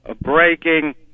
breaking